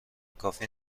کافی